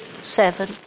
seven